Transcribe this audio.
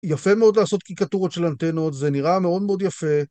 יפה מאוד לעשות קיקטורות של אנטנות, זה נראה מאוד מאוד יפה.